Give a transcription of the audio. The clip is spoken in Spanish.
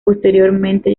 posteriormente